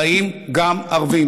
חיים גם ערבים.